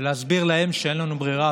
ולהסביר להם שאין לנו ברירה.